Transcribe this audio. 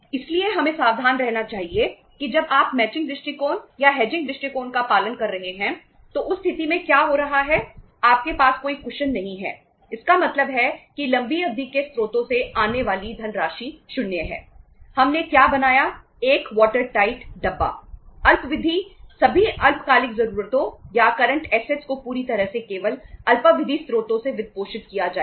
इसलिए हमें सावधान रहना चाहिए कि जब आप मैचिंग केवल दीर्घकालिक स्रोतों से नहीं आएगा